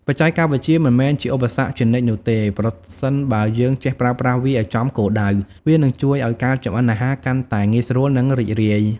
បច្ចេកវិទ្យាមិនមែនជាឧបសគ្គជានិច្ចនោះទេ ប្រសិនបើយើងចេះប្រើប្រាស់វាឱ្យចំគោលដៅ វានឹងជួយឱ្យការចម្អិនអាហារកាន់តែ ងាយស្រួល និងរីករាយ ។